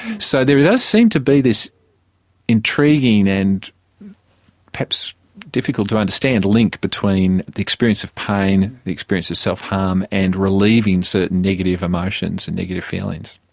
so there does seem to be this intriguing and perhaps difficult to understand a link between the experience of pain, the experience of self harm and relieving certain negative emotions and negative feelings.